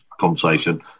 conversation